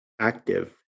active